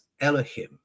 Elohim